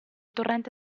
torrente